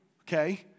okay